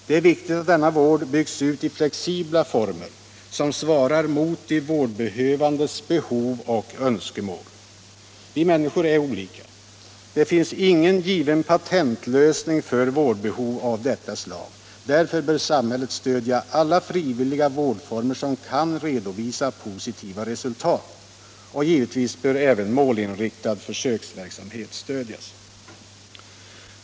Det är viktigt att denna vård byggs ut i flexibla former som svarar mot de vårdbehövandes behov och önskemål. Vi människor är olika. Det finns ingen given patentlösning för vårdbehov av detta slag. Därför bör samhället stödja alla frivilliga vårdformer som kan redovisa positiva resultat. Givetvis bör även målinriktad försöksverksamhet stödjas.